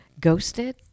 Ghosted